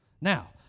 now